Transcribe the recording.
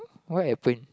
what happened